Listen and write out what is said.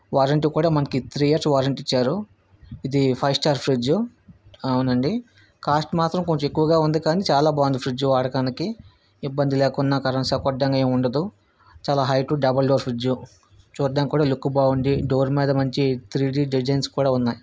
warranty కూడా మనకి three years warranty ఇచ్చారు ఇది ఫైవ్ స్టార్ ఫ్రిడ్జ్ అవునండి కాస్ట్ మాత్రం కొంచెం ఎక్కువగా ఉంది కానీ చాలా బాగుంది ఫ్రిడ్జ్ వాడకానికి ఇబ్బంది లేకుండా కరెంట్ షాక్ కొట్టడం ఏముండదు చాలా హైట్ డబల్ డోర్ ఫ్రిడ్జ్ చూడటానికి కూడా లుక్ బాగుంది డోర్ మీద మంచి త్రీ డి డిజైన్స్ కూడా ఉన్నాయి